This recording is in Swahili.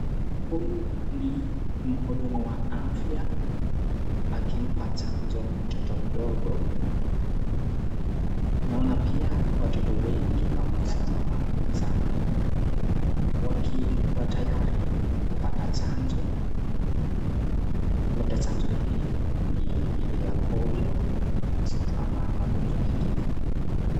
Huyu ni mhudumu wa afya akimpa chanjo mtoto mdogo. Naona pia watoto wengi pamoja na mama zao wakiwa tayari kupata chanjo. Labda chanjo hii ni ile ya polio ama magonjwa mengine.